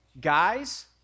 Guys